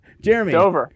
Jeremy